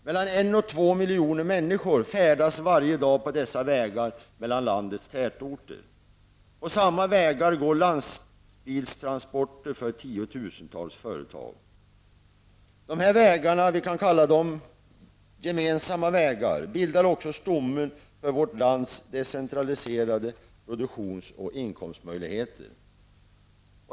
Mellan en och två miljoner människor färdas varje dag på dessa vägar mellan landets tätorter. På samma vägar går lastbilstransporter för tiotusentals företag. De här vägarna, vi kan kalla dem gemensamma vägar, bildar också stommen för vårt lands decentraliserade produktions och inkomstmöjligheter.